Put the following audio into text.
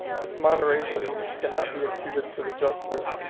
this moderation, which cannot be imputed to the justice,